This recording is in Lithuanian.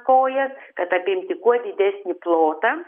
kojas kad apimti kuo didesnį plotą